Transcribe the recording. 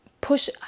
Push